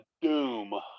Doom